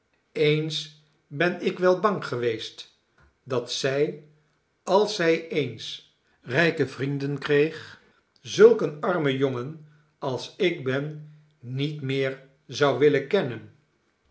eens ben ik wel bang geweest dat zij als zij eens rijke vrienden kreeg zulk een armen jongen als ik ben niet meer zou willen kennen